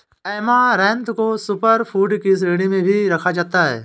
amaranth को super food की श्रेणी में भी रखा जाता है